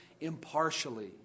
impartially